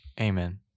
Amen